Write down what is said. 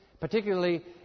particularly